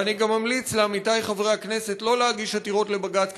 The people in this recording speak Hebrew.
ואני גם ממליץ לעמיתי חברי הכנסת שלא להגיש עתירות לבג"ץ,